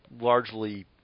largely